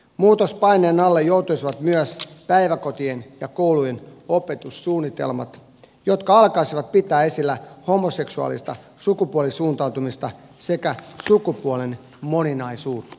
muutospaineen alle joutuisivat myös päiväkotien ja koulujen opetussuunnitelmat jotka alkaisivat pitää esillä homoseksuaalista sukupuolisuuntautumista sekä sukupuolen moninaisuutta